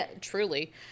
Truly